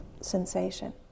sensation